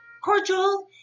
cordial